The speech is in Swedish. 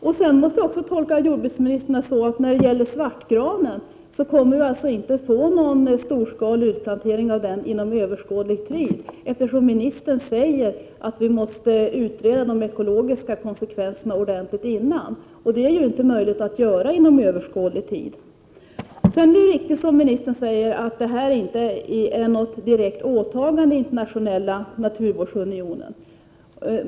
Jag måste tolka jordbruksministern så att det inte kommer att göras någon storskalig utplantering av svartgran inom överskådlig tid, eftersom ministern säger att de ekologiska konsekvenserna först måste utredas ordentligt. Det är 57 inte möjligt att göra det inom överskådlig tid. Det är riktigt, som ministern säger, att det här inte är något direkt åtagande i Internationella naturvårdsunionen.